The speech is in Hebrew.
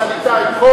סניטרים.